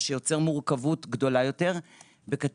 מה שיוצר מורכבות גדולה יותר בקטין